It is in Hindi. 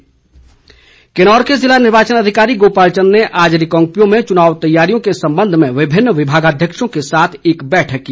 डीसी किन्नौर किन्नौर के जिला निर्वाचन अधिकारी गोपाल चन्द ने आज रिकांगपिओ में चुनाव तैयारियों के संबंध में विभिन्न विभागाध्यक्षों के साथ एक बैठक की